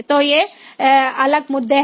तो ये अलग मुद्दे हैं